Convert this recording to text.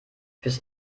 fürs